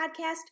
podcast